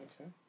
okay